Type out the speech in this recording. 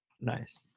nice